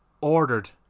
ordered